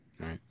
Right